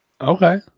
okay